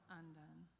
undone